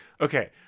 Okay